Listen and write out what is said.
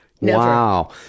Wow